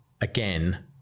again